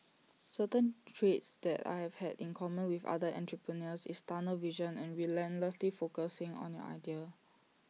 certain traits that I have had in common with other entrepreneurs is tunnel vision and relentlessly focusing on your idea